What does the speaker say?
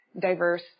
diverse